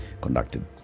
conducted